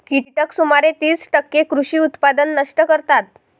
कीटक सुमारे तीस टक्के कृषी उत्पादन नष्ट करतात